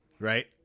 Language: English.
Right